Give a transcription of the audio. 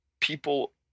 people